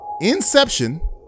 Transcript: Inception